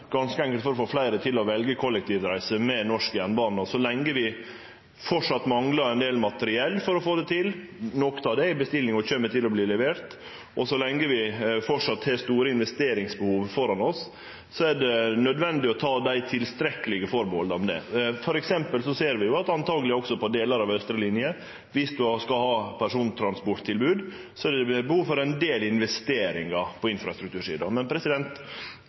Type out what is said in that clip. ganske enkelt for å få fleire til å velje kollektivreiser med norsk jernbane. Og så lenge vi framleis manglar ein del materiell for å få det til – noko av det er i bestilling og kjem til å verte levert – og så lenge vi framleis har store investeringsbehov framfor oss, er det nødvendig å ta dei tilstrekkelege atterhalda om det. For eksempel ser vi at det truleg også på delar av austre linje er behov for ein del investeringar på infrastruktursida